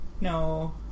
No